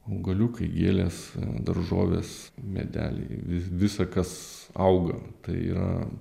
augaliukai gėlės daržovės medeliai visa kas auga tai yra